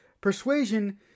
persuasion